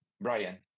Brian